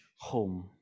home